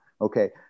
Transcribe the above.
Okay